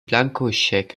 blankoscheck